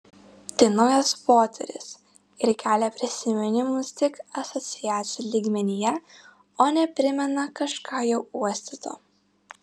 tai naujas potyris ir kelia prisiminimus tik asociacijų lygmenyje o ne primena kažką jau uostyto